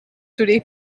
today